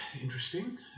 interesting